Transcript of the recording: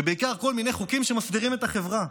ובעיקר כל מיני חוקים שמסדירים את החברה,